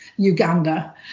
Uganda